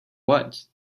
what